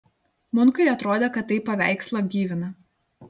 munkui atrodė kad tai paveikslą gyvina